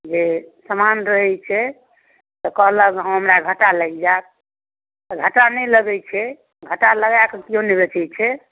जे सामान रहै छै तऽ कहलक हमरा घाटा लागि जायत तऽ घाटा नहि लगै छै घाटा लगा कऽ केओ नहि बेचैत छै